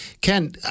Ken